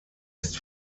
ist